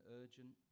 urgent